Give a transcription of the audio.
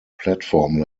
platform